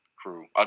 Crew